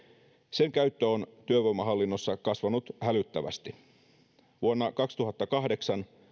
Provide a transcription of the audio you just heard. sen käyttö on työvoimahallinnossa kasvanut hälyttävästi vuonna kaksituhattakahdeksan